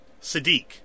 Sadiq